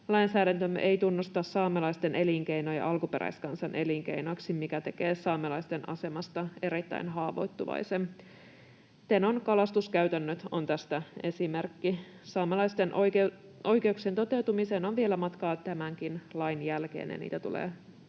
lainsäädäntömme ei tunnusta saamelaisten elinkeinoja alkuperäiskansan elinkeinoiksi, mikä tekee saamelaisten asemasta erittäin haavoittuvaisen. Tenon kalastuskäytännöt on tästä esimerkki. Saamelaisten oikeuksien toteutumiseen on vielä matkaa tämänkin lain jälkeen, ja niitä tulee näissä